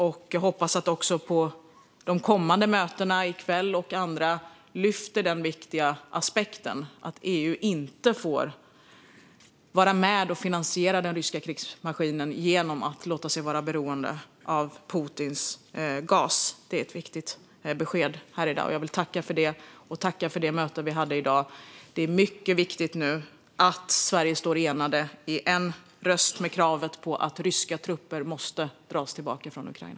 Jag hoppas också att man på de kommande mötena i kväll och vid andra tillfällen lyfter den viktiga aspekten att EU inte får vara med och finansiera den ryska krigsmaskinen genom att låta sig vara beroende av Putins gas. Det är ett viktigt besked här i dag. Jag vill tacka för detta och tacka för det möte vi hade i dag. Det är nu mycket viktigt att Sverige står enat och med en röst framför kravet att ryska trupper ska dras tillbaka från Ukraina.